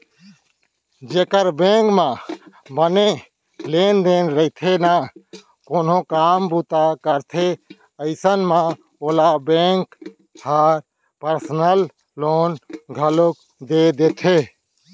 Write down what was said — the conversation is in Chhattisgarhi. जेकर बेंक म बने लेन देन रइथे ना कोनो काम बूता करथे अइसन म ओला बेंक ह पर्सनल लोन घलौ दे देथे